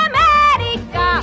America